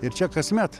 ir čia kasmet